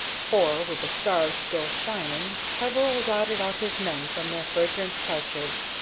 for, with the stars still shining, peveril routed out his men from their fragrant couches.